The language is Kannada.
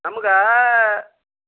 ನಮ್ಗೆ